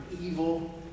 evil